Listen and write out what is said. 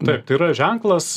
taip tai yra ženklas